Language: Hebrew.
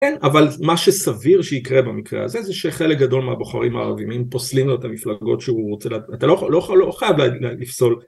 אבל מה שסביר שיקרה במקרה הזה, זה שחלק גדול מהבוחרים הערבים אם פוסלים לו את המפלגות שהוא רוצה, אתה לא חייב לפסול